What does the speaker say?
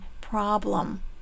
problem